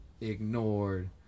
ignored